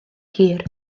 hir